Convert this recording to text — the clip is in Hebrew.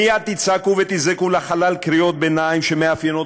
מייד תצעקו ותזרקו לחלל קריאות ביניים שמאפיינות